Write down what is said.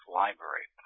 library